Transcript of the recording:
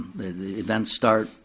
the events start,